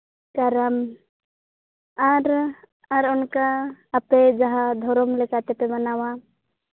ᱠᱟᱨᱟᱢ ᱟᱨ ᱟᱨ ᱚᱱᱠᱟ ᱟᱯᱮ ᱡᱟᱦᱟᱸ ᱫᱷᱚᱨᱚᱢ ᱞᱮᱠᱟᱛᱮᱯᱮ ᱢᱟᱱᱟᱣᱟ